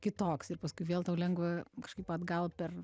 kitoks ir paskui vėl tau lengva kažkaip atgal per